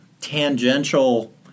tangential